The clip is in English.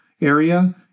area